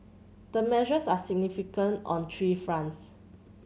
the measures are significant on three fronts